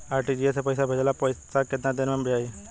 RTGS से पईसा भेजला पर पईसा केतना देर म जाई?